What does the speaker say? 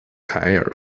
凯尔